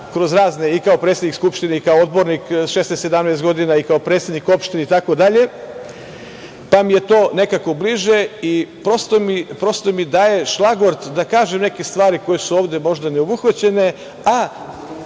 kroz razne, i kao predsednik Skupštine, i kao odbornik 16, 17 godina i kao predsednik opštine, itd, pa mi je to nekako bliže, prosto mi daje šlagort da kažem neke stvari koje su ovde možda ne obuhvaćene,